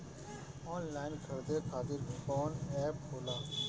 Online खरीदे खातीर कौन एप होला?